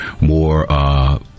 more